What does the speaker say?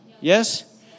Yes